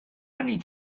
many